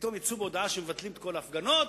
פתאום יצאו בהודעה שמבטלים את כל ההפגנות,